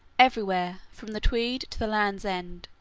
everywhere, from the tweed to the land's end,